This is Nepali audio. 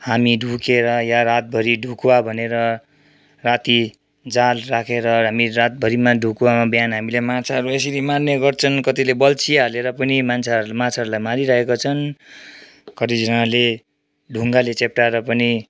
हामी ढुकेर या रातभरि ढुकुवा बनेर राति जाल राखेर हामी रातभरिमा ढुकुवामा बिहान हामीले माछाहरू यसरी मार्ने गर्छन् कतिले बल्छी हालेर पनि माछा माछाहरूलाई मारिरहेका छन् कतिजनाले ढुङ्गाले चेप्टाएर पनि